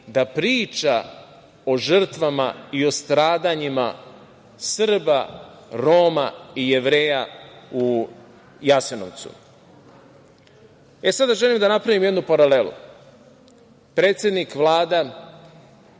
da priča o žrtvama i o stradanjima Srba, Roma i Jevreja u Jasenovcu. Sada želim da napravim jednu paralelu. Predsednik i Vlada